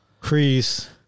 Crease